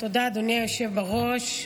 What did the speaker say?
תודה, אדוני היושב בראש.